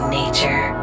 nature